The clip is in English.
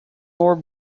more